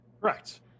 Correct